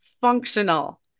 functional